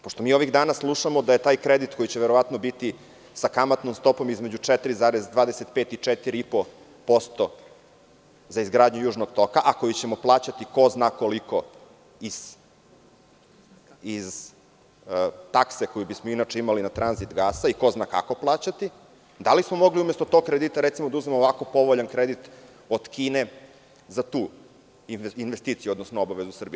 Pošto mi ovih dana slušamo da je taj kredit, koji će verovatno biti sa kamatnom stopom između 4,25 i 4,5% za izgradnju Južnog toka, a koji ćemo plaćati ko zna koliko iz takse koju bismo inače imali na tranzit gasa i ko zna kako plaćati, da li smo mogli umesto tog kredita da uzmemo ovako povoljan kredit od Kine za tu investiciju, odnosno obavezu Srbije?